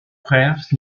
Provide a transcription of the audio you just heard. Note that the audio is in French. frères